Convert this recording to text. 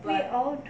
we all do